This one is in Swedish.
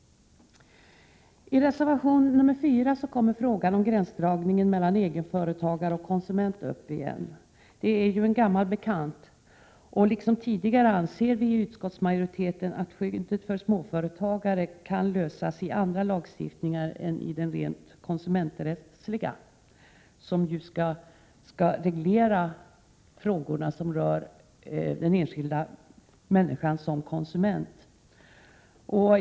I reservation nr 4 kommer frågan om gränsdragningen mellan egenföretagare och konsument upp igen. Det är ju en gammal bekant. Liksom tidigare anser vi i utskottsmajoriteten att skyddet för småföretagare kan lösas i andra lagstiftningar än i den rent konsumenträttsliga, som ju skall reglera frågorna som rör den enskilda människan som konsument.